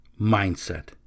mindset